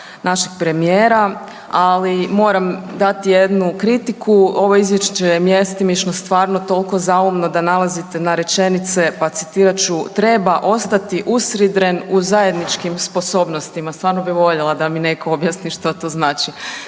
našeg premijera, ali moram dati jednu kritiku. Ovo je izvješće mjestimično stvarno toliko zaumno da nailazite na rečenice pa citirat ću: „Treba ostati usidren u zajedničkim sposobnostima.“ Stvarno bih voljela da mi netko objasni što to znači